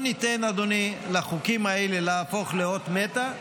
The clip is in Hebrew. אדוני, לא ניתן לחוקים האלה להפוך לאות מתה,